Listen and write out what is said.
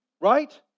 right